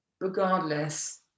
regardless